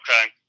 okay